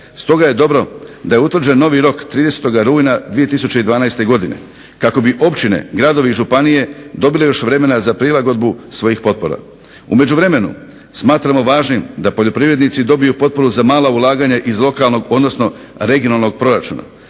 stoga je dobro da je utvrđen novi rok 30. rujna 2012. godine, kako bi općine, gradovi i županije dobile još vremena za prilagodbu svojih potpora. U međuvremenu smatramo važnim da poljoprivrednici dobiju potporu za mala ulaganja iz lokalnog, odnosno regionalnog proračuna.